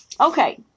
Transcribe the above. Okay